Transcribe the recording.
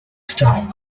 start